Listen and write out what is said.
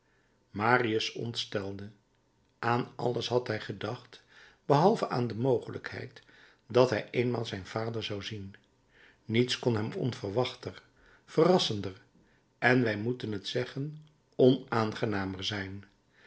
marius ontstelde aan alles had hij gedacht behalve aan de mogelijkheid dat hij eenmaal zijn vader zou zien niets kon hem onverwachter verrassender en wij moeten het zeggen onaangenamer zijn